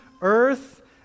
earth